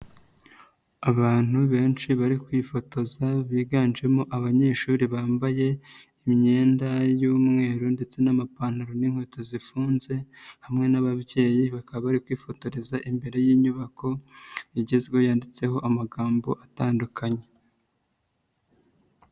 Abantu benshi bari kwifotoza biganjemo abanyeshuri bambaye imyenda y'umweru ndetse n'amapantaro n'inkweto zifunze hamwe n'ababyeyi, bakaba bari kwifotoreza imbere y'inyubako igezweho yanditseho amagambo atandukanye.